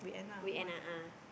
weekend ah ah